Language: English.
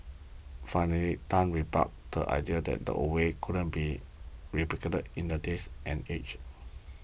finally Tan rebutted the idea that the old ways couldn't be replicated in the days and age